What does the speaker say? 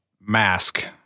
mask